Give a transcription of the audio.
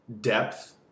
depth